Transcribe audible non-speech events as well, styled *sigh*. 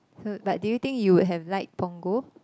*noise* but do you think you would have liked Punggol